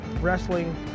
wrestling